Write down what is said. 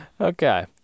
Okay